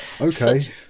Okay